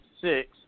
six